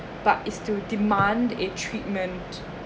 but it's to demand a treatment